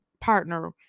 partner